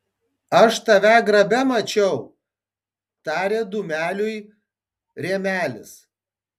aš tave grabe mačiau tarė dūmeliui rėmelis